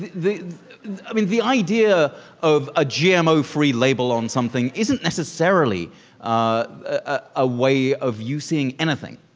the i mean the idea of a gmo free label on something isn't necessarily a way of using anything.